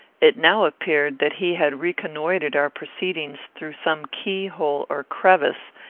it now appeared that he had reconnoitred our proceedings through some keyhole or crevice,